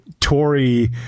Tory